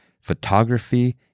photography